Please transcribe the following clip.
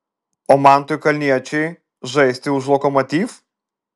o mantui kalniečiui žaisti už lokomotiv